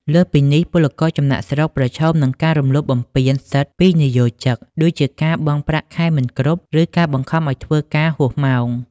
លើសពីនេះ ពលករចំណាកស្រុកប្រឈមនឹងការរំលោភបំពានសិទ្ធិពីនិយោជក ដូចជាការបង់ប្រាក់ខែមិនគ្រប់ ឬការបង្ខំឱ្យធ្វើការហួសម៉ោង។